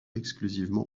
exclusivement